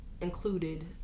included